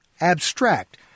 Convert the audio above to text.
abstract